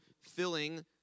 filling